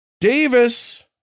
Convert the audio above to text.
Davis